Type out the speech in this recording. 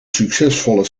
succesvolle